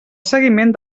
seguiment